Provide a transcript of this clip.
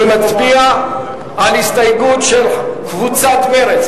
אני מצביע על הסתייגות של קבוצת מרצ,